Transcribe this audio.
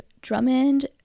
Drummond